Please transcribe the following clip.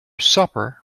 supper